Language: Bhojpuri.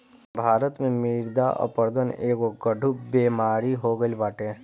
भारत में मृदा अपरदन एगो गढ़ु बेमारी हो गईल बाटे